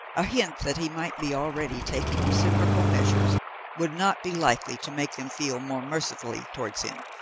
a hint that he might be already taking reciprocal measures would not be likely to make them feel more mercifully towards him.